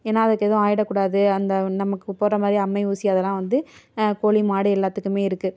ஏன்னா அதுக்கு எதும் ஆயிடக்கூடாது அந்த நமக்கு போடுற மாதிரி அம்மை ஊசி அதெலாம் வந்து கோழி மாடு எல்லாத்துக்குமே இருக்குது